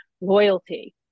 loyalty